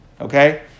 Okay